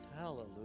Hallelujah